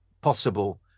possible